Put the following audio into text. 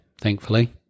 thankfully